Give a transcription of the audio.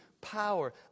power